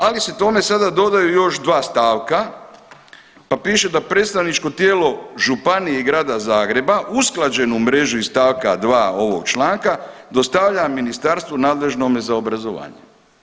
Ali se tome sada dodaju još dva stavka pa piše da predstavničko tijelo županije i Grada Zagreba usklađeno u mreži iz stavka 2. ovog članka dostavlja ministarstvu nadležnome za obrazovanje.